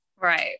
Right